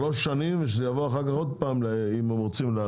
שלוש שנים ושזה יבוא אחר כך עוד פעם אם הם רוצים להאריך אותו.